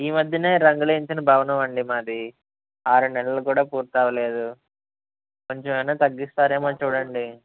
ఈ మధ్యనే రంగులు వేయించిన భవనం అండి మాది ఆరు నెలలు కూడా పూర్తి అవ్వలేదు కొంచెం ఏమన్నా తగ్గిస్తారో ఏమో చూడండి